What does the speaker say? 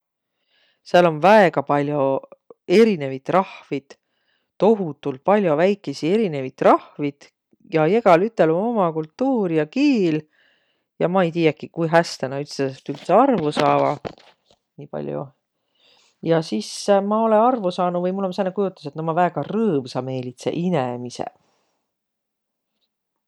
Sääl om väega pall'o erinevit rahvit, tohutult pall'o väikeisi erinevit rahvit ja egälütel om umakultuur ja kiil ja ma ei tiiäki, ku häste nä ütstõõsõst üldse arvu saavaq. Nii pall'o. Ja sis ma olõ arvo saanuq vai mul om sääne kujotus, et nä ommaq väega rõõmsameelidseq inemiseq.